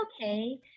okay